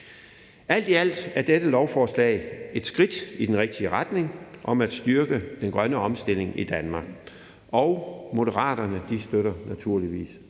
Alt i alt er dette lovforslag et skridt i den rigtige retning for at styrke den grønne omstilling i Danmark. Moderaterne støtter naturligvis